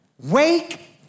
Wake